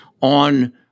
on